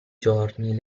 giorni